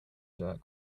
dirt